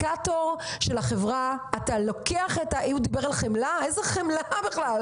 אינדיקטור של החברה, ואין שם שום חמלה ושום דבר.